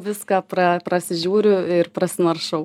viską pra prasižiūriu ir prasinaršau